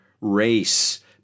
race